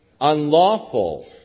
Unlawful